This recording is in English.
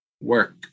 work